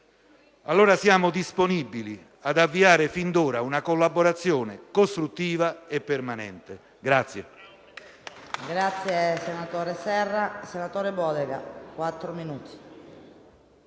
caso, siamo disponibili ad avviare fin d'ora una collaborazione costruttiva e permanente.